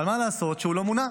אבל מה לעשות שהוא לא מונה.